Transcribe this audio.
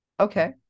okay